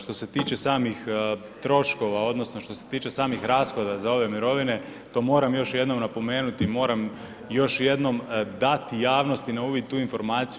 Što se tiče samih troškova odnosno što se tiče samih rashoda za ove mirovine to moram još jednom napomenuti, moram još jednom dati javnosti na uvid tu informaciju.